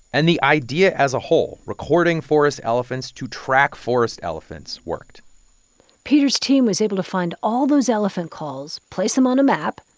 and the idea as a whole, recording forest elephants to track forest elephants, worked peter's team was able to find all those elephant calls, place them on a map,